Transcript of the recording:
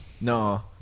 No